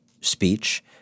speech